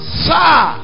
sir